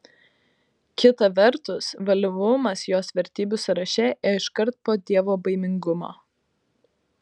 kita vertus valyvumas jos vertybių sąraše ėjo iškart po dievobaimingumo